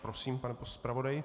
Prosím, pane zpravodaji.